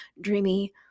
dreamy